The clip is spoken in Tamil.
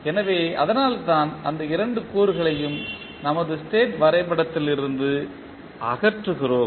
எனவே அதனால்தான் இந்த இரண்டு கூறுகளையும் நமது ஸ்டேட் வரைபடத்திலிருந்து அகற்றுகிறோம்